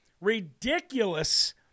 ridiculous